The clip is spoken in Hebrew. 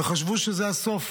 וחשבו שזה הסוף